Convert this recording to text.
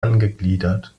angegliedert